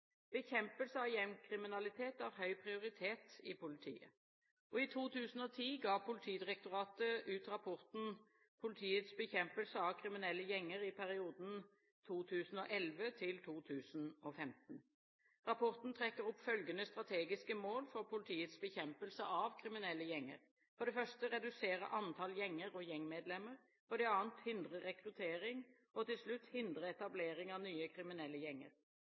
Bekjempelse av gjengkriminalitet har høy prioritet i politiet, og i 2010 ga Politidirektoratet ut rapporten «Politiets bekjempelse av kriminelle gjenger i perioden 2011 til 2015». Rapporten trekker opp følgende strategiske mål for politiets bekjempelse av kriminelle gjenger: for det første å redusere antallet gjenger og gjengmedlemmer, for det andre å hindre rekruttering, og til slutt å hindre etablering av nye kriminelle gjenger.